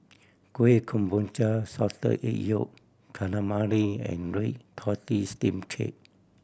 Kueh Kemboja Salted Egg Yolk Calamari and red tortoise steamed cake